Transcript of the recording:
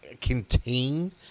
contain